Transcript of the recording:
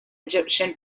egyptian